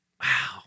wow